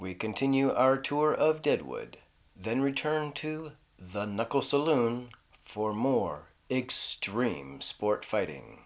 we continue our tour of deadwood then return to the knuckle saloon for more extreme sports fighting